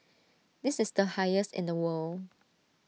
this is the highest in the world